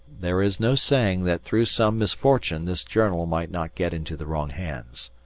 there is no saying that through some misfortune this journal might not get into the wrong hands.